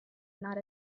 not